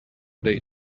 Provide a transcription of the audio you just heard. they